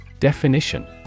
Definition